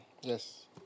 Yes